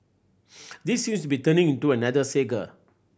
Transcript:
this seems be turning into another saga